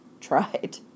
tried